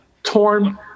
torn